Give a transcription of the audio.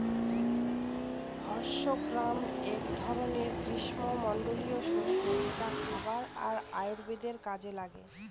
horse gram এক ধরনের গ্রীস্মমন্ডলীয় শস্য যেটা খাবার আর আয়ুর্বেদের কাজে লাগে